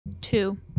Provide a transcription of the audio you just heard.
Two